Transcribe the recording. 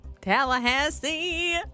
Tallahassee